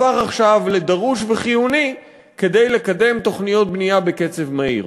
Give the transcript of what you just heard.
הפך עכשיו לדרוש וחיוני כדי לקדם תוכניות בנייה בקצב מהיר?